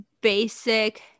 basic